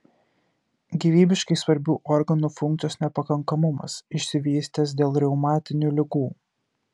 gyvybiškai svarbių organų funkcijos nepakankamumas išsivystęs dėl reumatinių ligų